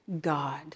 God